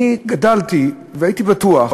אני גדלתי והייתי בטוח,